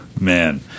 Man